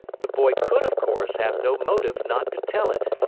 the boy could, of course, have no motive not to tell it.